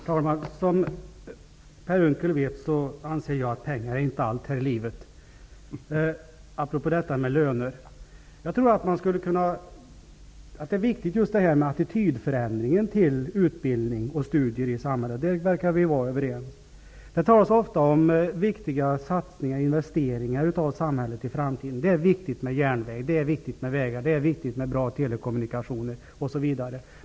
Herr talman! Apropå detta med löner anser jag att pengar inte är allt här i livet, som Per Unckel vet. Jag tror att detta med attitydförändringen i samhället till utbildning och studier är viktigt. Där verkar vi vara överens. Det talas ofta om viktiga satsningar och investeringar i framtiden. Det är viktigt med järnvägar, vägar, bra telekommunikationer osv.